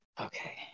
Okay